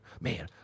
Man